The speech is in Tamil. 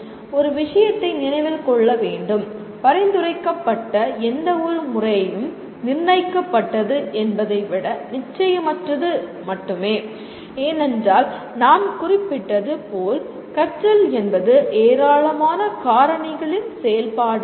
ஒரு விஷயத்தை நினைவில் கொள்ள வேண்டும் பரிந்துரைக்கப்பட்ட எந்தவொரு முறையும் நிர்ணயிக்கப்பட்டது என்பதை விட நிச்சயமற்றது மட்டுமே ஏனென்றால் நாம் குறிப்பிட்டது போல் கற்றல் என்பது ஏராளமான காரணிகளின் செயல்பாடாகும்